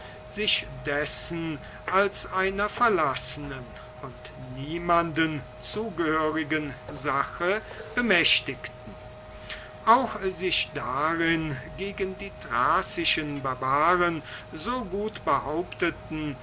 sich dessen als einer verlassenen und niemanden zugehörigen sache bemächtigten auch sich darinnen gegen die thracischen barbaren so gut behaupteten